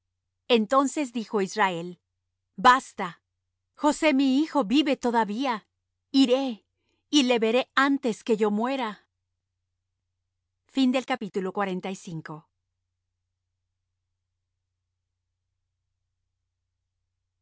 entonces dijo israel basta josé mi hijo vive todavía iré y le veré antes que yo muera y